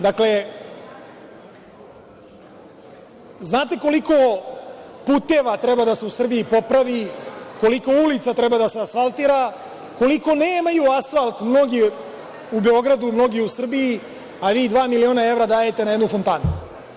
Dakle, znate koliko puteva treba da se u Srbiji popravi, koliko ulica treba da se asfaltira, koliko nemaju asfalt mnogi u Beogradu, mnogi u Srbiji, a vi dva miliona evra dajete na jednu fontanu.